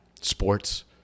sports